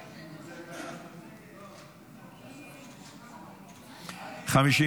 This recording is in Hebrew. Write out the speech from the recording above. ועדת חקירה ממלכתית לאירועי 7 באוקטובר ומלחמת חרבות ברזל,